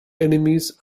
enemies